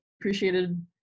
appreciated